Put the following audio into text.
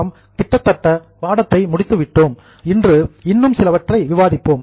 நாம் கிட்டத்தட்ட பாடத்தை முடித்து விட்டோம் இன்று இன்னும் சிலவற்றை விவாதிப்போம்